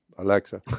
Alexa